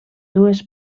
dues